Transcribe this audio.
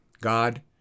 God